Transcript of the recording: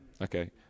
Okay